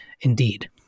indeed